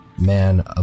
man